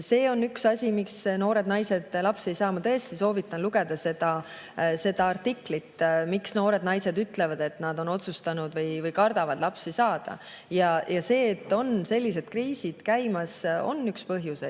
See on üks asi, miks noored naised lapsi ei saa. Ma tõesti soovitan lugeda seda artiklit, kus noored naised ütlevad, miks nad on otsustanud [lapsi mitte saada] või kardavad lapsi saada. Ja see, et on sellised kriisid käimas, on üks põhjus.